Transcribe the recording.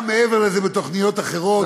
גם מעבר לזה בתוכניות אחרות,